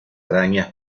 arañas